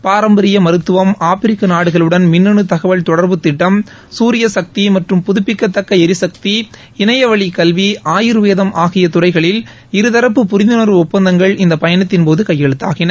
பாரம்பரிய மருத்துவம் ஆப்பிரிக்க நாடுகளுடன் மின்னனு தகவல் தொடர்புத்திட்டம் சூரியசுக்தி மற்றும் புதுப்பிக்கத்தக்க எரிசக்தி இணையவழிக் கல்வி ஆயர்வேதம் ஆகிய துறைகளில் இருதரப்பு புரிந்துணர்வு ஒப்பந்தங்கள் இந்த பயணத்தின்போது கையெழுத்தாகின